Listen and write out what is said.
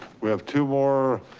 we have two more.